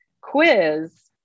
quiz